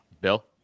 bill